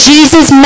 Jesus